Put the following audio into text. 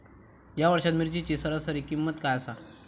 या वर्षात मिरचीची सरासरी किंमत काय आसा?